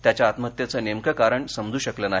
त्याच्या आत्महत्येचे नेमके कारण समजू शकले नाही